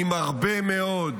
אני מרבה מאוד